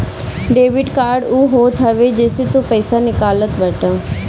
debit card उ होत हवे जेसे तू पईसा निकालत बाटअ